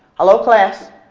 hello class?